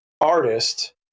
artist